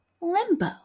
limbo